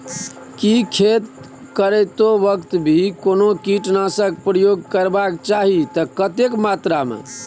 की खेत करैतो वक्त भी कोनो कीटनासक प्रयोग करबाक चाही त कतेक मात्रा में?